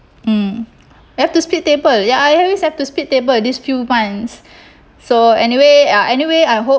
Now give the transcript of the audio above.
mm have to split table ya I always have to split table these few months so anyway uh anyway I hope